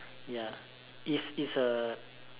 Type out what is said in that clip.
ya if it's a